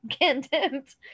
contempt